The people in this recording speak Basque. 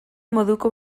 moduko